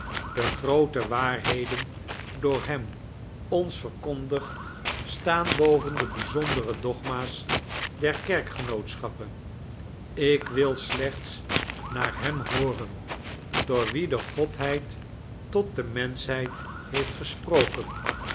de groote waarheden door hem ons verkondigd staan boven de bizondere dogma's der kerkgenootschappen ik wil slechts naar hem hooren door wien de godheid tot de menschheid heeft gesproken